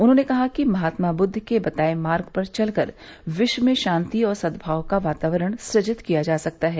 उन्होंने कहा कि महात्मा बुद्ध के बताये मार्ग पर चलकर विश्व में शांति और सद्भाव का वातावरण सुजित किया जा सकता है